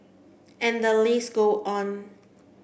and the list go on